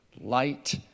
Light